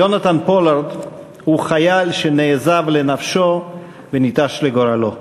יונתן פולארד הוא חייל שנעזב לנפשו וננטש לגורלו.